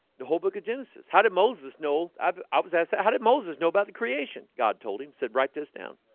the whole book of genesis, how did moses know um i was asked how did moses know about the creation god told him said write this down?